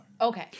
Okay